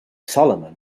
solomon